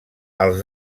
els